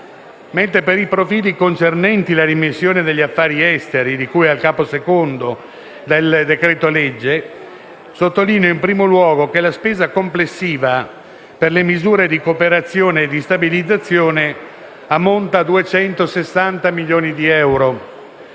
militari. Per i profili concernenti gli affari esteri, di cui al Capo II del decreto-legge, sottolineo in primo luogo che la spessa complessiva per le misure di cooperazione e stabilizzazione ammonta a 260 milioni di euro.